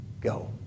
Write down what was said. go